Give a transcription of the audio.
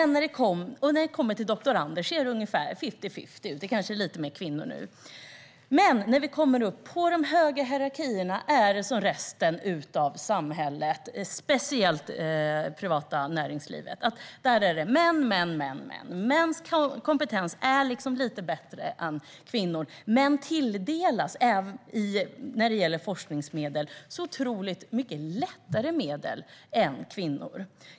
När det kommer till doktorander är det ungefär fifty-fifty - det är kanske lite fler kvinnor nu. Men högre upp i hierarkierna är det som i resten av samhället, speciellt i det privata näringslivet. Där är det män, män, män. Mäns kompetens är liksom lite bättre än kvinnors, och när det gäller forskningsmedel tilldelas de så otroligt mycket lättare medel än kvinnor.